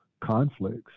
conflicts